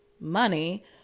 money